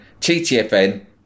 TTFN